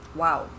wow